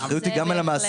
האחריות היא גם על המעסיקים,